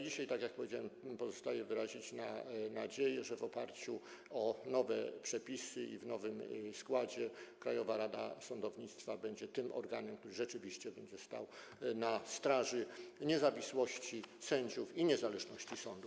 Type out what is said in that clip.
Dzisiaj, jak powiedziałem, pozostaje wyrazić nadzieję, że w oparciu o nowe przepisy i w nowym składzie Krajowa Rada Sądownictwa będzie tym organem, który rzeczywiście będzie stał na straży niezawisłości sędziów i niezależności sądów.